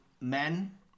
men